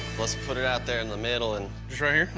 let's put it out there in the middle, and. just right here?